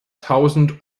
tausend